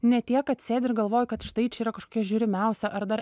ne tiek kad sėdi ir galvoji kad štai čia yra kažkokia žiūrimiausia ar dar